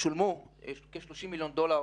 שולמו כ-30 מיליון דולר